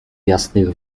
jasnych